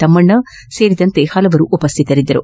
ತಮ್ಮಣ್ಣ ಸೇರಿದಂತೆ ಪಲವರು ಉಪಸ್ಥಿತರಿದ್ದರು